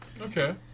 Okay